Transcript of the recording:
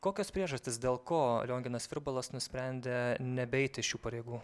kokios priežastys dėl ko lionginas virbalas nusprendė nebeiti šių pareigų